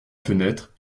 fenêtre